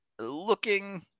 looking